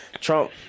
Trump